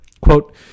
quote